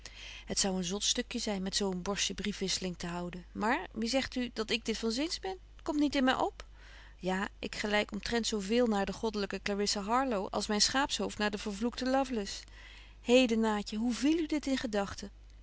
het zou een zot stukje zyn met zo een borstje briefwisseling te houden maar wie zegt u dat ik dit van zins ben t komt niet in my op ja ik gelyk omtrent zo veel naar de godlyke clarissa harlowe als myn schaapshoofd naar den vervloekten lovelace heden naatje hoe viel u dit in gedagten